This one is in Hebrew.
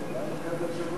אולי נדחה את זה לשבוע